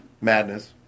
Madness